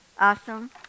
awesome